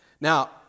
Now